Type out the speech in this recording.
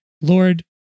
Lord